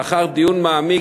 לאחר דיון מעמיק,